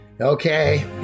Okay